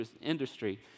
industry